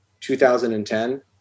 2010